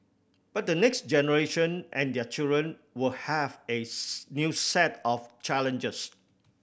but the next generation and their children will have a new set of challenges